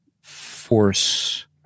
force